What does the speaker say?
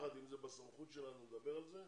האם אם זה בסמכותנו לדבר על זה?